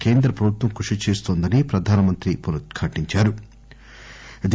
కేంద్ర ప్రభుత్వం కృషి చేస్తోందని ప్రధాన మంత్రి పునరుద్ఘాటించారు